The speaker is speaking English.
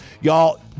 y'all